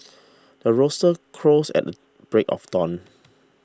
the rooster crows at the break of dawn